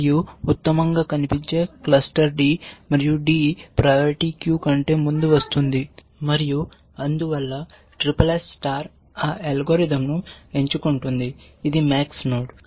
మరియు ఉత్తమంగా కనిపించే క్లస్టర్ d మరియు d ప్రయారిటీ క్యూ కంటే ముందు వస్తుంది మరియు అందువల్ల SSS SSS స్టార్ ఆ అల్గోరిథంను ఎంచుకుంటుంది ఇది max నోడ్